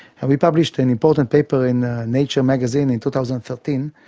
and we published an important paper in nature magazine in two thousand and thirteen,